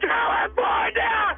California